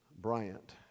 Bryant